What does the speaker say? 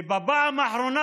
ובפעם האחרונה,